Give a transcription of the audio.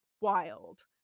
wild